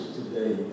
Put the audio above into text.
today